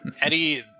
Eddie